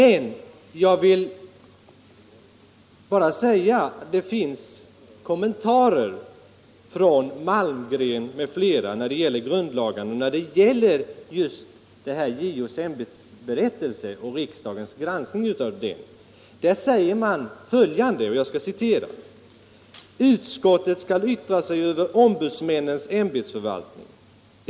I Malmgrens m.fl. kommentarer till grundlagarna sägs emellertid beträffande riksdagens granskning av JO:s ämbetsberättelse: ”Utskottet skall yttra sig över ombudsmännens ämbetsförvaltning.